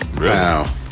Wow